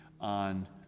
on